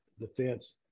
Defense